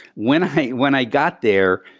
when i when i got there,